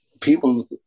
People